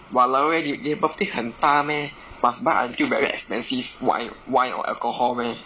!walao! eh 你你的 birthday 很大 meh must buy until very expensive wine wine or alcohol meh